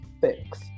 fix